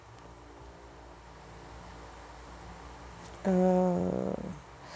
uh